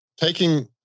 taking